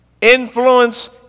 influence